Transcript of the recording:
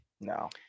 No